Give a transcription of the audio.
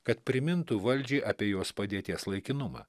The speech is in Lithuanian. kad primintų valdžiai apie jos padėties laikinumą